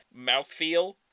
mouthfeel